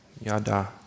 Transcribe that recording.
Yada